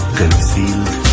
concealed